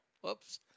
Whoops